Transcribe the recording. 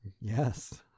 Yes